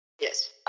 Yes